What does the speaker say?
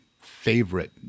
favorite